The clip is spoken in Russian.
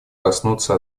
коснуться